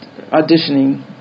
auditioning